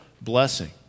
blessing